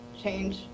change